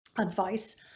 advice